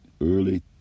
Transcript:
early